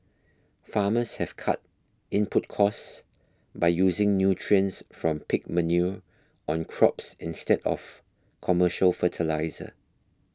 farmers have cut input costs by using nutrients from pig manure on crops instead of commercial fertiliser